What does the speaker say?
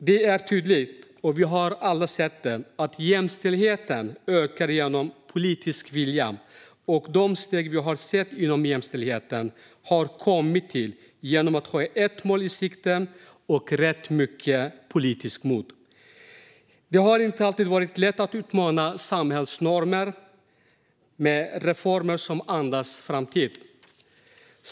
Det är tydligt - vi har alla sett det - att jämställdheten ökar genom politisk vilja, och de steg vi har sett inom jämställdheten har kommit till genom att ha ett mål i sikte och rätt mycket politiskt mod. Det har inte alltid varit lätt att utmana samhällsnormer med reformer som andas framtid.